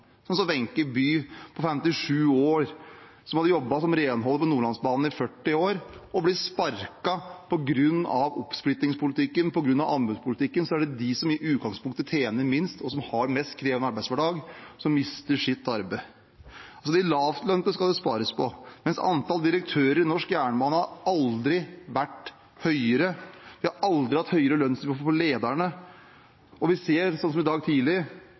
på 57 år, som hadde jobbet som renholder på Nordlandsbanen i 40 år og ble sparket. På grunn av oppsplittingspolitikken og anbudspolitikken er det de som i utgangspunktet tjener minst, og som har den mest krevende arbeidshverdagen, som mister sitt arbeid. Det skal spares på de lavtlønnede, mens antallet direktører i norsk jernbane aldri har vært høyere, og det aldri før har vært høyere lønnsnivå for lederne.